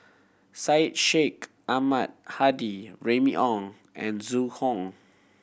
Syed Sheikh Ahmad Hadi Remy Ong and Zhu Hong